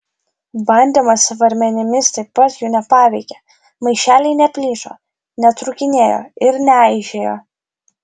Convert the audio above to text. bandymas svarmenimis taip pat jų nepaveikė maišeliai neplyšo netrūkinėjo ir neaižėjo